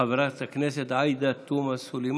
חברת הכנסת עאידה תומא סלימאן.